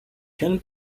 ten